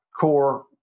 core